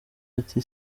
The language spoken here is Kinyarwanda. ati